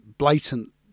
blatant